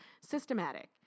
systematic